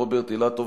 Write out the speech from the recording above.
רוברט אילטוב,